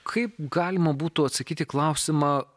kaip galima būtų atsakyt į klausimą